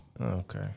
Okay